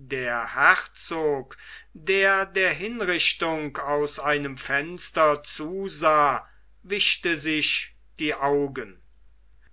der herzog der der hinrichtung aus einem fenster zusah wischte sich die augen